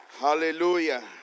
Hallelujah